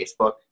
Facebook